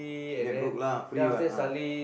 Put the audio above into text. get hook lah free what ah